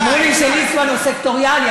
אמרו לי שליצמן סקטוריאלי,